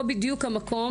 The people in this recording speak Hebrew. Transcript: פה בדיוק המקום,